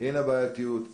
הן הבעיתיות,